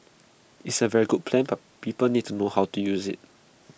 is A very good plan but people need to know how to use IT